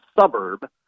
suburb